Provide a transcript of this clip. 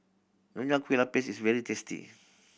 Nonya Kueh Lapis is very tasty